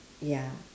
ya